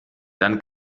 dann